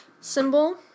symbol